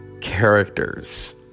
characters